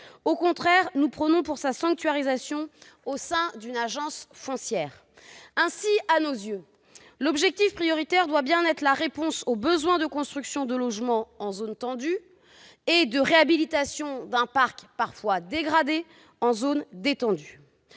Au contraire, nous prônons la sanctuarisation de ce patrimoine, au sein d'une agence foncière. Ainsi, à nos yeux, l'objectif prioritaire devrait être d'apporter une réponse aux besoins de construction de logements en zone tendue et de réhabilitation d'un parc parfois dégradé en zone détendue.